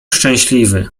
szczęśliwy